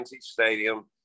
Stadium